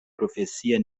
profesia